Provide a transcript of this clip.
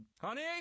honey